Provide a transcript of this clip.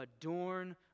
adorn